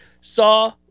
Saw